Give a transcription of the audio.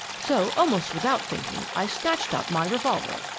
so, almost without thinking, i snatched out my revolver,